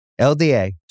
LDA